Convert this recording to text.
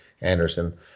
Anderson